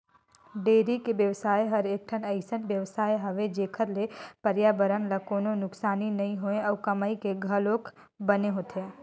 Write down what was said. dairy कर बेवसाय हर एकठन अइसन बेवसाय हवे जेखर ले परयाबरन ल कोनों नुकसानी नइ होय अउ कमई घलोक बने होथे